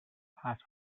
has